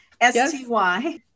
S-T-Y